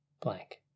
blank